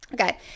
Okay